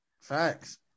Facts